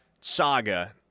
saga